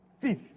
Thief